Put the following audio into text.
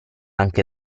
anche